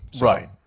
Right